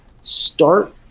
Start